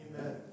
Amen